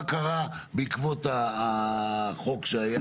מה קרה בעקבות החוק שהיה?